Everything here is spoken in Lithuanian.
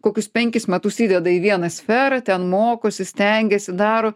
kokius penkis metus įdeda į vieną sferą ten mokosi stengiasi daro